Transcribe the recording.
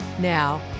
Now